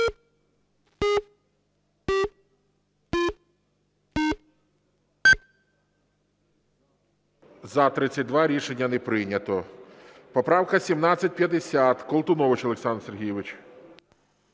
За-32 Рішення не прийнято. Поправка 1750. Колтунович Олександр Сергійович.